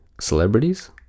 celebrities